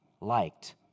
liked